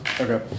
Okay